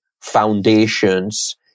foundations